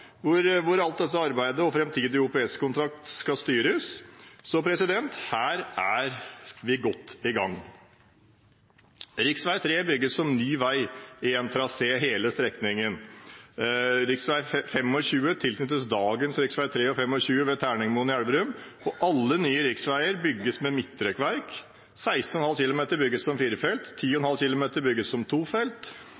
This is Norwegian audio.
hvor alt dette arbeidet og framtidig OPS-kontrakt skal styres fra. Her er vi godt i gang. Rv. 3 bygges som ny vei i én trasé hele strekningen. Rv. 25 tilknyttes dagens rv. 3 ved Terningmoen i Elverum, og alle nye riksveier bygges med midtrekkverk. 16,5 km bygges som firefelts, 10,5 km bygges som tofelts med forbikjøringsfelt. Og